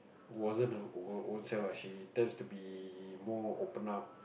wasn't her her ownself actually turns to be more open up